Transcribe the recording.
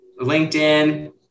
LinkedIn